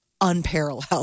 unparalleled